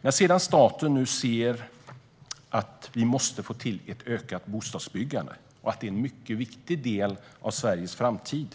När staten nu ser att vi måste få till ett ökat bostadsbyggande och att det är en mycket viktig del av Sveriges framtid